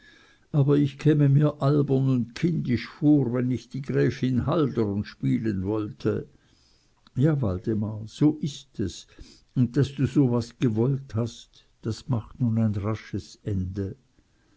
aber ich käme mir albern und kindisch vor wenn ich die gräfin haldern spielen wollte ja waldemar so ist es und daß du so was gewollt hast das macht nun ein rasches ende